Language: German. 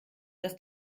dass